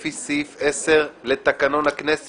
לפי סעיף 10 לתקנון הכנסת.